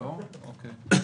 ראשית,